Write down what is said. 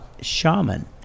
shaman